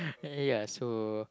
ya so